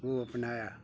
ਉਹਨੂੰ ਅਪਣਾਇਆ